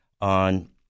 on